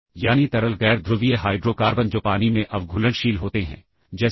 एक assembly language में सब रूटीन कोड के अंदर कहीं भी हो सकता है